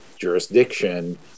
Jurisdiction